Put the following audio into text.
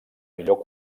millor